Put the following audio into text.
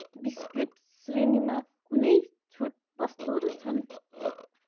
biscuit श्रेणीमा कुनै छुट वस्तुहरू छन्